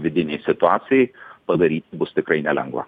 vidinei situacijai padaryt bus tikrai nelengva